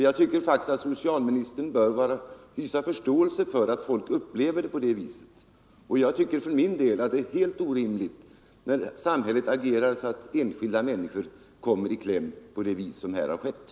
Jag tycker faktiskt att socialministern borde hysa förståelse för att folk upplever det på det viset. Det är helt orimligt när samhället agerar så att enskilda människor kommer i kläm.